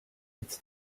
its